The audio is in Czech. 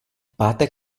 pátek